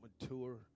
mature